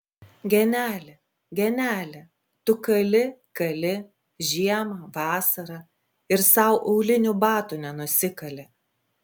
geneli geneli tu kali kali žiemą vasarą ir sau aulinių batų nenusikali